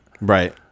Right